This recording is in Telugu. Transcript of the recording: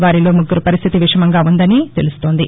వారిలో ముగ్గురి పరిస్టితి విషమంగా ఉందని తెలుస్తోంది